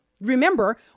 remember